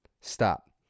Stop